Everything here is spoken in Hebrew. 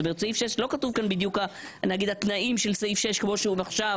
זאת אומרת לא כתוב בדיוק כאן נגיד התנאים של סעיף 6 כמו שהוא עכשיו